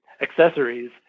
accessories